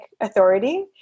authority